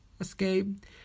escape